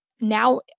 now